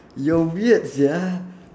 you're weird sia